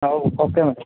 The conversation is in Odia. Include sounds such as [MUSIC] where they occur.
ହଉ ଓକେ ମ୍ୟାଡ଼ାମ୍ [UNINTELLIGIBLE]